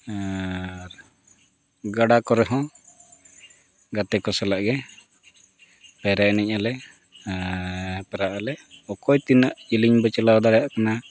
ᱟᱨ ᱜᱟᱰᱟ ᱠᱚᱨᱮᱦᱚᱸ ᱜᱟᱛᱮ ᱠᱚ ᱥᱟᱞᱟᱜ ᱜᱮ ᱯᱟᱭᱨᱟ ᱮᱱᱮᱡ ᱟᱞᱮ ᱟᱨ ᱯᱟᱭᱨᱟᱜ ᱟᱞᱮ ᱚᱠᱚᱭ ᱛᱤᱱᱟᱹᱜ ᱡᱮᱹᱞᱮᱹᱧ ᱵᱚᱱ ᱪᱟᱞᱟᱣ ᱫᱟᱲᱮᱭᱟᱜ ᱠᱟᱱᱟ